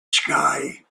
sky